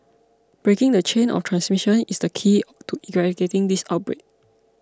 breaking the chain of transmission is the key to eradicating this outbreak